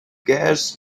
gas